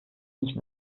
nicht